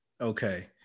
Okay